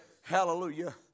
Hallelujah